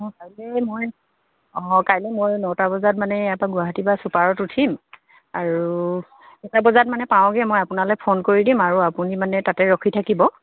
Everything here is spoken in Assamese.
অঁ কাইলৈ মই অঁ কাইলৈ মই নটা বজাত মানে ইয়াৰ পৰা গুৱাহাটী পৰা ছুপাৰত উঠিম আৰু কেইটা বজাত মানে পাওঁগৈ মই আপোনালৈ ফোন কৰি দিম আৰু আপুনি মানে তাতে ৰখি থাকিব